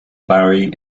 bowie